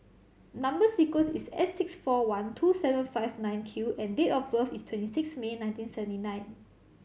number sequence is S six four one two seven five nine Q and date of birth is twenty six May nineteen seventy nine